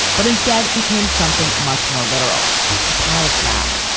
but instead it became something much more literal a pile of crap.